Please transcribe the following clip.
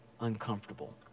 uncomfortable